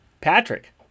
Patrick